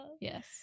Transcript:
Yes